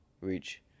Reach